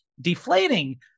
deflating